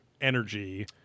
energy